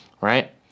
right